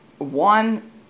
One